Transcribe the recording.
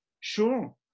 Sure